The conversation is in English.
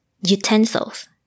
utensils